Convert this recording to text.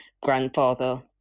grandfather